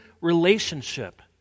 relationship